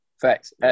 Facts